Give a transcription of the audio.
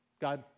God